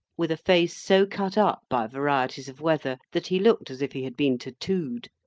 with a face so cut up by varieties of weather that he looked as if he had been tattooed,